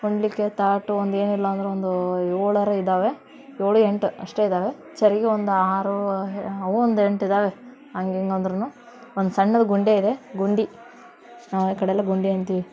ಉಣ್ಣಲಿಕ್ಕೆ ತಾಟು ಒಂದು ಏನಿಲ್ಲ ಅಂದರೂ ಒಂದು ಏಳಾದ್ರೂ ಇದ್ದಾವೆ ಏಳು ಎಂಟು ಅಷ್ಟೇ ಇದ್ದಾವೆ ಚರ್ಗೆ ಒಂದು ಆರು ಅವು ಒಂದು ಎಂಟು ಇದ್ದಾವೆ ಹಂಗೆ ಹಿಂಗೆ ಅಂದ್ರು ಒಂದು ಸಣ್ಣದು ಗುಂಡಿ ಇದೆ ಗುಂಡಿ ಈ ಕಡೆ ಎಲ್ಲ ಗುಂಡಿ ಅಂತೀವಿ